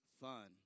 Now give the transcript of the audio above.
fun